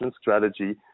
strategy